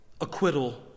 acquittal